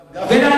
הרב גפני, וללכת,